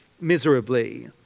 miserably